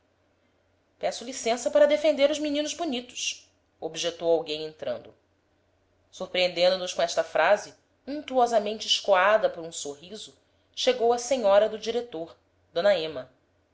peço licença para defender os meninos bonitos objetou alguém entrando surpreendendo nos com esta frase untuosamente escoada por um sorriso chegou a senhora do diretor d